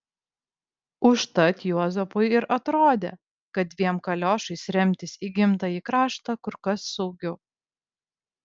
užtat juozapui ir atrodė kad dviem kaliošais remtis į gimtąjį kraštą kur kas saugiau